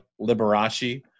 Liberace